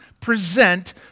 present